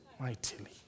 Mightily